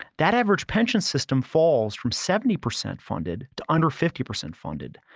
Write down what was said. that average pension system falls from seventy percent funded to under fifty percent funded,